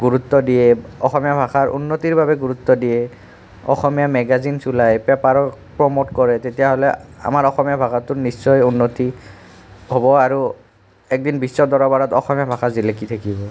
গুৰুত্ব দিয়ে অসমীয়া ভাষাৰ উন্নতিৰ বাবে গুৰুত্ব দিয়ে অসমীয়া মেগাজিনছ ওলায় পেপাৰৰ প্ৰম'ট কৰে তেতিয়াহ'লে আমাৰ অসমীয়া ভাষাটোৰ নিশ্চয় উন্নতি হ'ব আৰু একদিন বিশ্বৰ দৰবাৰত অসমীয়া ভাষা জিলিকি থাকিব